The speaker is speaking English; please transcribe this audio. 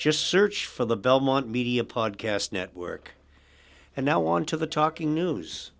just search for the belmont media podcast network and now on to the talking news